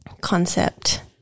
concept